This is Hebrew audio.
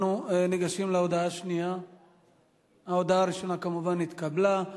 ההודעה הראשונה כמובן התקבלה.